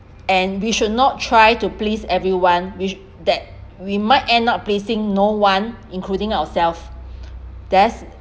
and we should not try to please everyone which that we might end up pleasing no one including ourself that's